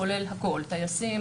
כולל הכול: טייסים,